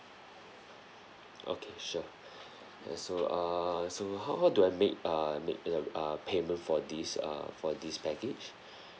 okay sure and so err so how how do I make err make make uh payment for this uh for this package